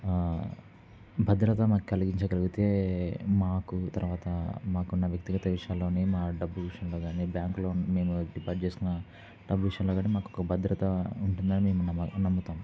భద్రత మాకు కలిగించగలిగితే మాకు తర్వాత మాకున్న వ్యక్తిగత విషయాల్లో కానీ మా డబ్బు విషయంలో కానీ బ్యాంక్లో మేము డిపాజిట్ చేసుకున్న డబ్బు విషయంలో కానీ మాకొక భద్రత ఉంటుందని నమ్మ నమ్ముతాము